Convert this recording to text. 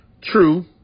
True